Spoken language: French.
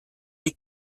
des